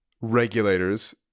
regulators